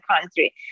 country